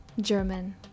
German